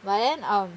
but then um